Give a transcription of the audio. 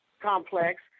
complex